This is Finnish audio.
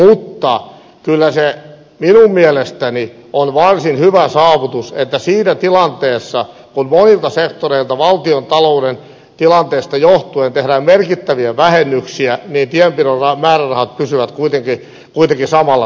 mutta kyllä se minun mielestäni on varsin hyvä saavutus että siinä tilanteessa kun monilta sektoreilta valtiontalouden tilanteesta johtuen tehdään merkittäviä vähennyksiä tienpidon määrärahat pysyvät kuitenkin samalla tasolla